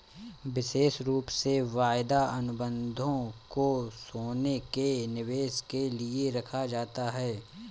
विशेष रूप से वायदा अनुबन्धों को सोने के निवेश के लिये रखा जाता है